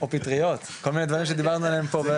פטריות, כל מיני דברים שדיברנו פה.